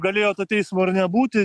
galėjo to teismo ir nebūti